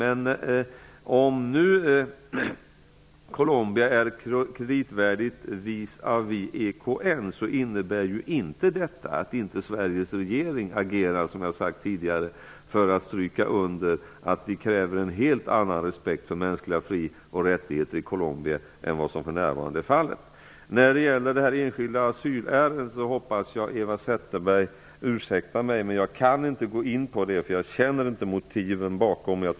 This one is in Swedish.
Men att Colombia är kreditvärdigt visavi EKN innebär inte att Sveriges regering inte agerar för att stryka under att vi kräver en helt annan respekt för mänskliga fri och rättigheter i Colombia än vad som för närvarande är fallet. Det har jag sagt tidigare. Jag hoppas att Eva Zetterberg ursäktar att jag inte kan gå in på det enskilda asylärendet. Jag känner inte till motiven bakom beslutet.